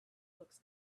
looks